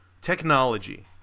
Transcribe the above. Technology